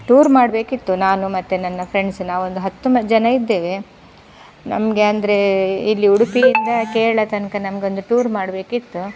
tour ಮಾಡಬೇಕಿತ್ತು ನಾನು ಮತ್ತು ನನ್ನ ಫ್ರೆಂಡ್ಸು ನಾವೊಂದು ಹತ್ತೊಂಬತ್ತು ಜನ ಇದ್ದೇವೆ ನಮಗೆ ಅಂದರೆ ಇಲ್ಲಿ ಉಡುಪಿಯಿಂದ ಕೇರಳ ತನಕ ನಮಗೊಂದು ಟೂರ್ ಮಾಡಬೇಕಿತ್ತು